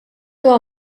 huwa